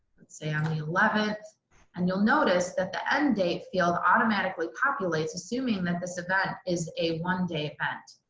let's say on the eleventh and you'll notice that the end date field automatically populates assuming that this event is a one day event.